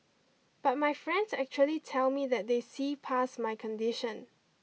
but my friends actually tell me that they see past my condition